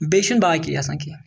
بیٚیہِ چھُنہٕ باقٕے آسان کینٛہہ